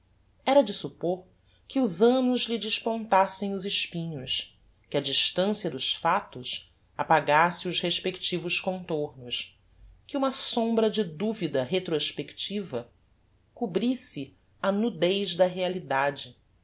era de suppor que os annos lhe despontassem os espinhos que a distancia dos factos apagasse os respectivos contornos que uma sombra de duvida retrospectiva cobrisse a nudez da realidade